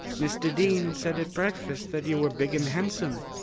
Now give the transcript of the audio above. mr. dean said at breakfast that you were big and handsome.